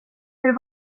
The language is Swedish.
var